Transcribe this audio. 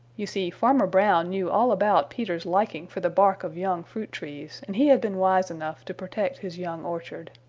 you see farmer brown knew all about peter's liking for the bark of young fruit trees, and he had been wise enough to protect his young orchard.